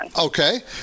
Okay